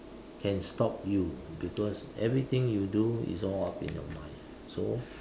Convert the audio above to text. can stop you because everything you do is all up in your mind so